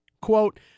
quote